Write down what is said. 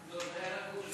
לסעיף 24 לא נתקבלה.